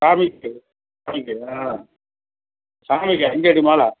சாமிக்கு சாமிக்கு ஆ சாமிக்கு அஞ்சடி மாலை